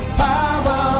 power